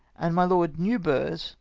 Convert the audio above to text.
and my lord new burgh's,